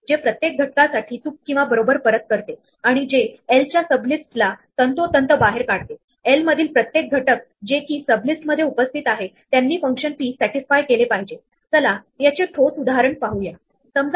तेव्हा आपण सेट बद्दल फार काही बोलणार नाहीत परंतु तुम्ही ते वेगवेगळ्या संदर्भात हे बिल्ट इन ऑपरेशन वापरून डुप्लिकेट व्हॅल्यू येणार नाहीत यासाठी वापरू शकतात